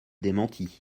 démenti